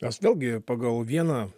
nes vėlgi pagal vieną